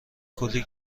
کلی